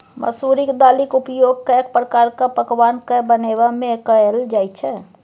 मसुरिक दालिक उपयोग कैक प्रकारक पकवान कए बनेबामे कएल जाइत छै